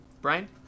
Brian